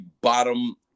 bottom